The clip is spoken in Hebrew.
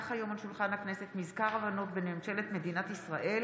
כי הונח היום על שולחן הכנסת מזכר הבנות בין ממשלת מדינת ישראל